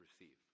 receive